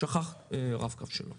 שכח את הרב-קו שלו